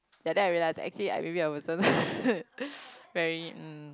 that day I realize that actually I maybe I wasn't very um